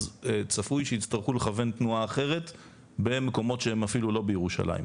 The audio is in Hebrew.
אז צפוי שיצטרכו לכוון תנועה אחרת במקומות שהם אפילו לא בירושלים.